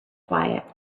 quiet